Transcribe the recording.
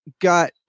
got